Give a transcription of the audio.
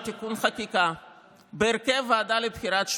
תיקון חקיקה בהרכב הוועדה לבחירת שופטים.